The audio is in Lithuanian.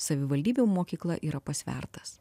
savivaldybių mokykla yra pasvertas